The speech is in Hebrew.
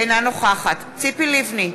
אינה נוכחת ציפי לבני,